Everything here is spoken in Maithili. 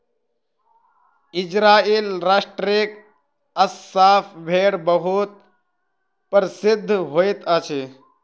इजराइल राष्ट्रक अस्साफ़ भेड़ बहुत प्रसिद्ध होइत अछि